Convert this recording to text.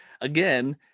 again